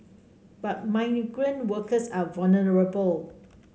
but migrant workers are vulnerable